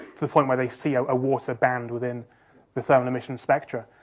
to the point where they see a water band within the thermal emissions spectra.